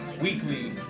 weekly